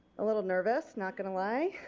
a little nervous, not going to lie.